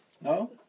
No